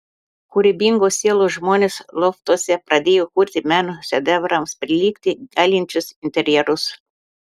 kūrybingos sielos žmonės loftuose pradėjo kurti meno šedevrams prilygti galinčius interjerus